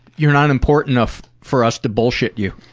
you're not important enough for us to bullshit you.